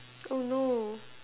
oh no